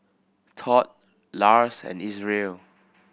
Tod Lars and Isreal